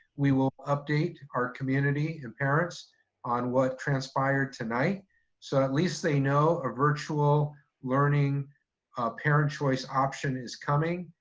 we will update our community and parents on what transpired tonight so at least they know a virtual learning parent choice option is coming.